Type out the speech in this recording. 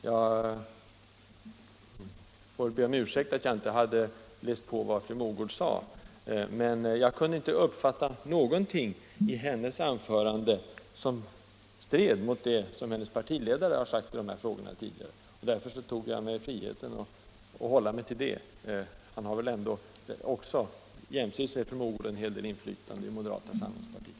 Jag får be om ursäkt för att jag inte har läst på vad fru Mogård sade, men jag kunde inte i hennes anförande uppfatta någonting som stred mot vad hennes partiledare tidigare har sagt i dessa frågor, och därför togjag mig friheten hålla mig till det. Han har väl, jämsides med fru Mogård, en del inflytande i moderata samlingspartiet.